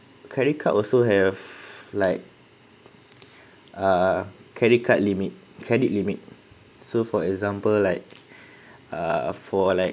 credit card also have like uh credit card limit credit limit so for example like ah for like